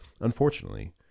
unfortunately